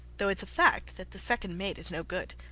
though its a fact that the second mate is no good.